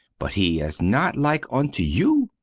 but he is not like unto you.